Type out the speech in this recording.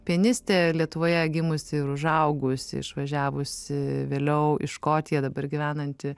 pianistė lietuvoje gimusi ir užaugusi išvažiavusi vėliau į škotiją dabar gyvenanti